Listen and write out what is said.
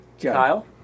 Kyle